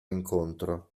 incontro